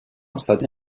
ساده